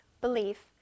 belief